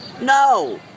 No